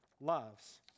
loves